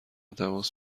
تماس